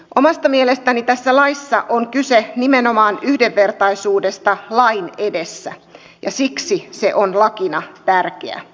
omasta mielestäni tässä laissa on kyse nimenomaan yhdenvertaisuudesta lain edessä ja siksi se on lakina tärkeä